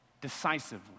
decisively